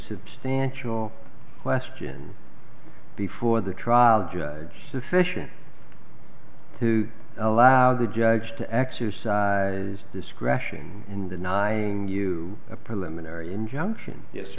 substantial question before the trial judge sufficient to allow the judge to exercise discretion in denying you a preliminary injunction